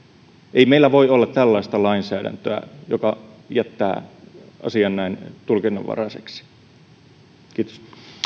ei meillä voi olla tällaista lainsäädäntöä joka jättää asian näin tulkinnanvaraiseksi kiitos